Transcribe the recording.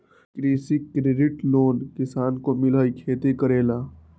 कृषि credit loan किसान के मिलहई खेती करेला?